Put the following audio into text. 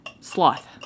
Sloth